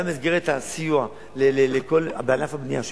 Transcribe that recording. גם במסגרת הסיוע לענף הבנייה,